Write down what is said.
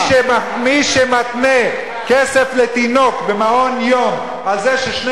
מי שמתנה כסף לתינוק במעון-יום בזה ששני